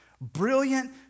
brilliant